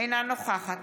אינה נוכחת